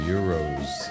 Euros